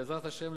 בעזרת השם,